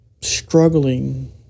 struggling